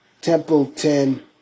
Templeton